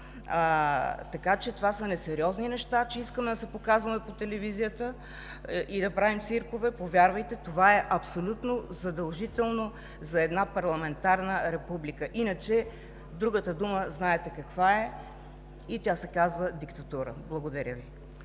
знае колко висок. Това, че искаме да се показваме по телевизията и да правим циркове, са несериозни неща. Повярвайте – това е абсолютно задължително за една парламентарна република. Иначе другата дума знаете каква е и тя се казва диктатура. Благодаря Ви.